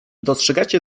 dostrzegacie